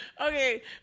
Okay